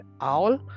owl